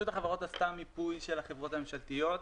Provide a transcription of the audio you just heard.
החברות עשתה מיפוי של החברות הממשלתיות,